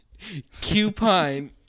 Cupine